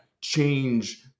change